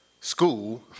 school